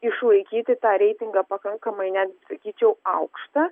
išlaikyti tą reitingą pakankamai netgi sakyčiau aukštą